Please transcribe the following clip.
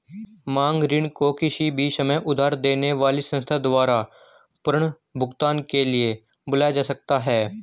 मांग ऋण को किसी भी समय उधार देने वाली संस्था द्वारा पुनर्भुगतान के लिए बुलाया जा सकता है